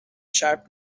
sharp